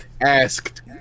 Asked